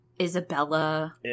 Isabella